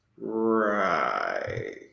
Right